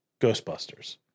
ghostbusters